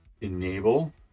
Enable